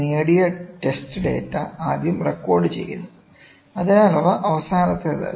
നേടിയ test data ആദ്യം റെക്കോർഡുചെയ്യുന്നു അതിനാൽ അവ അവസാനത്തേതല്ല